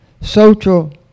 social